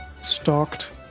stalked